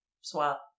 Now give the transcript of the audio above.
swap